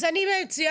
אז אני מציעה,